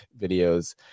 videos